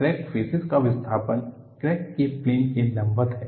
crack faces का विस्थापन crack के प्लेन के लंबवत है